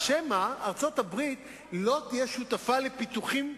חבר הכנסת בר-און, אני קורא אותך לסדר פעם ראשונה.